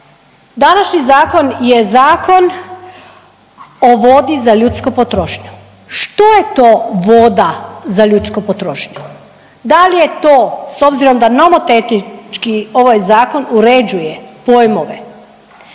Današnji zakon je Zakon o vodi za ljudsku potrošnju. Što je to voda za ljudsku potrošnju? Da li je to, s obzirom na nomotetički ovaj Zakon uređuje pojmove,